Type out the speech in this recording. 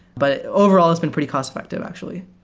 but overal l, it's been pretty cost-effective actually.